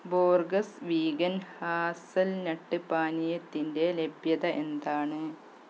Borges vegan hazelnut പാനീയത്തിന്റെ ലഭ്യത എന്താണ്